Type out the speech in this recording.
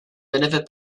benefit